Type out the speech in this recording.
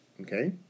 Okay